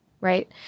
right